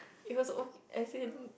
It was o~ as in